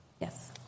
Yes